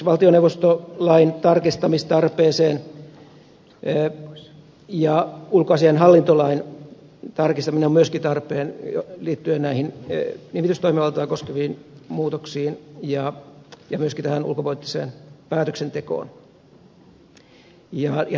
viittasin jo esimerkiksi valtioneuvostolain tarkistamistarpeeseen samoin ulkoasiainhallintolain tarkistaminen on myös tarpeen liittyen näihin nimitystoimivaltaa koskeviin muutoksiin ja myöskin tähän ulkopoliittiseen päätöksentekoon